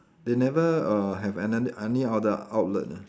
they never err have anoth~ any other outlet ah